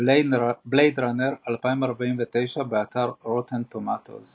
"בלייד ראנר 2049", באתר Rotten Tomatoes